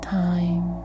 time